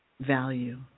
value